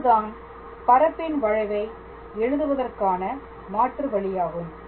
இதுதான் பரப்பின் வளைவை எழுதுவதற்கான மாற்று வழியாகும்